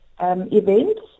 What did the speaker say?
events